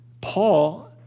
Paul